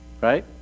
Right